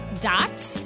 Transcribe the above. dots